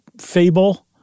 fable